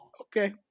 okay